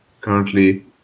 currently